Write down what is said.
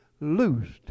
loosed